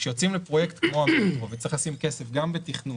כשיוצאים לפרויקט כמו המטרו וצריך לשים כסף גם בתכנון